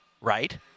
right